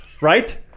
right